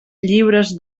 lliures